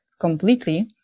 completely